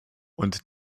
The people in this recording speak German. und